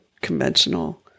conventional